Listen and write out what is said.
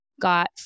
got